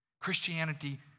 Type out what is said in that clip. Christianity